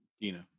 Dina